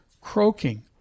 croaking